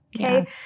Okay